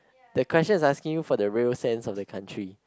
the question is asking you for the real sense of the country